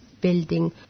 building